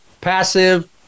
Passive